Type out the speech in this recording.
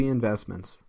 Investments